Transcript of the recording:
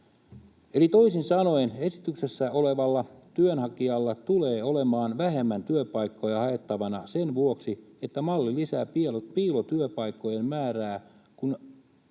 Eli toisin sanoen esityksessä olevalla työnhakijalla tulee olemaan vähemmän työpaikkoja haettavana sen vuoksi, että malli lisää piilotyöpaikkojen määrää, kun